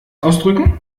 ausdrücken